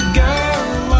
girl